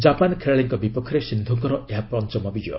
Japan ଖେଳାଳିଙ୍କ ବିପକ୍ଷରେ ସିନ୍ଧୂଙ୍କର ଏହା ପଞ୍ଚମ ବିଜୟ